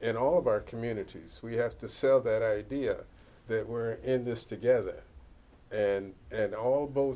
in all of our communities we have to sell that idea that we're in this together and a